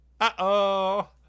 Uh-oh